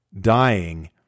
dying